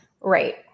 Right